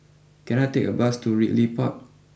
can I take a bus to Ridley Park